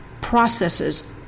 processes